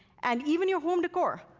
and even your home decor,